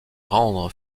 rendent